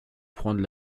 prendre